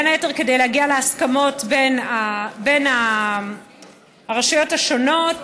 בין היתר כדי להגיע להסכמות בין הרשויות השונות.